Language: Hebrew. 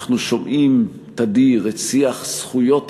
אנחנו שומעים תדיר את שיח זכויות האדם,